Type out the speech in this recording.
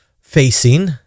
facing